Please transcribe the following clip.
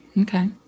Okay